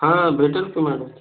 हां भेटेल की मॅडम